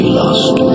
lost